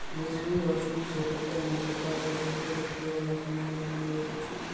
रेशमी रो सूत से कतै नै प्रकार रो सजवै धजवै वाला समान बनैलो जाय छै